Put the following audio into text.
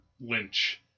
Lynch